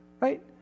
Right